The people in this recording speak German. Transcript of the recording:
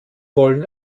wollen